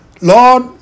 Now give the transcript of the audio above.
Lord